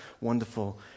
wonderful